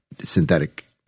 synthetic